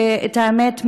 האמת,